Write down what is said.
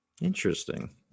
Interesting